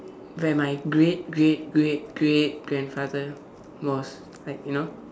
where my great great great great grandfather was like you know